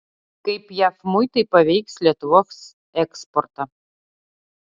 kaip jav muitai paveiks lietuvos eksportą